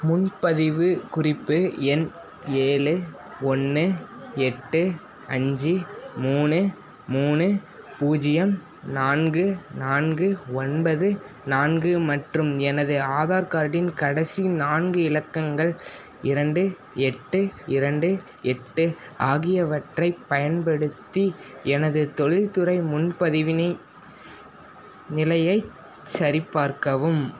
முன்பதிவு குறிப்பு எண் ஏழு ஒன்று எட்டு அஞ்சு மூணு மூணு பூஜ்ஜியம் நான்கு நான்கு ஒன்பது நான்கு மற்றும் எனது ஆதார் கார்டின் கடைசி நான்கு இலக்கங்கள் இரண்டு எட்டு இரண்டு எட்டு ஆகியவற்றைப் பயன்படுத்தி எனது தொழில்துறை முன்பதிவின் நிலையைச் சரிபார்க்கவும்